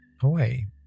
away